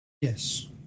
Yes